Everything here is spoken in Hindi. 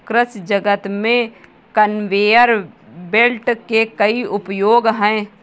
कृषि जगत में कन्वेयर बेल्ट के कई उपयोग हैं